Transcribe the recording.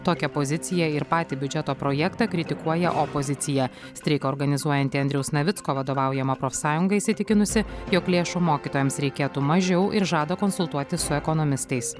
tokią poziciją ir patį biudžeto projektą kritikuoja opozicija streiką organizuojanti andriaus navicko vadovaujama profsąjunga įsitikinusi jog lėšų mokytojams reikėtų mažiau ir žada konsultuotis su ekonomistais